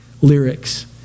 lyrics